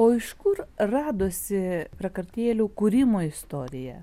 o iš kur radosi prakartėlių kūrimo istorija